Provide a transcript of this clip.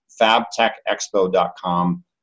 fabtechexpo.com